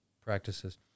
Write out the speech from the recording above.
practices